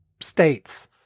states